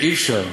אי-אפשר.